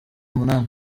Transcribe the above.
munani